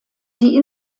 die